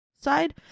side